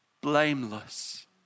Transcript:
blameless